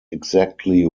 exactly